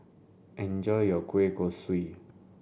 enjoy your Kueh Kosui